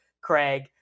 Craig